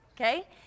Okay